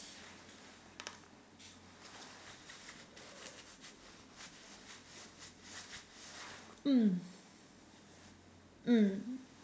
mm mm